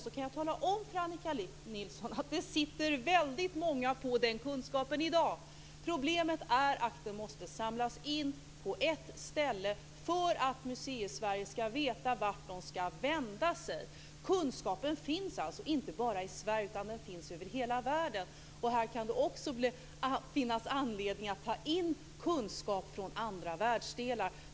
Jag kan tala om för Annika Nilsson att det sitter väldigt många på den kunskapen i dag. Problemet är att den måste samlas in på ett ställe för att Museisverige ska veta vart man ska vända sig. Kunskapen finns alltså inte bara i Sverige utan i hela världen. Det kan också finnas anledning att ta in kunskap från andra världsdelar.